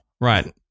right